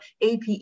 APE